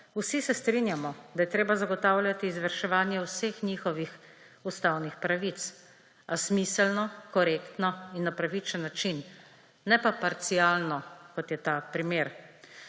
vsi se strinjamo, da je treba zagotavljati izvrševanje vseh njihovih ustavnih pravic, a smiselno, korektno in na pravičen način, ne pa parcialno, kot je ta primer.